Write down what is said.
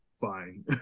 fine